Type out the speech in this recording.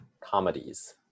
comedies